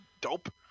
dope